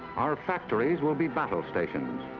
our factories will be battle stations.